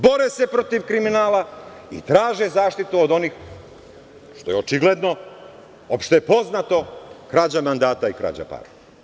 Bore se protiv kriminala i traže zaštitu od onih, što je očigledno, opšte je poznato, krađa mandata i krađa para.